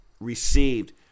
received